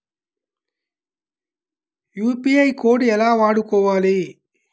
UPI code ఎలా వాడుకోవాలి?